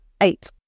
Eight